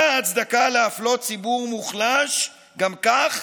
מה ההצדקה להפלות ציבור מוחלש גם כך